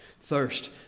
thirst